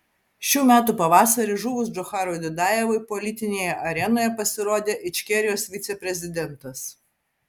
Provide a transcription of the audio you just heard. šių metų pavasarį žuvus džocharui dudajevui politinėje arenoje pasirodė ičkerijos viceprezidentas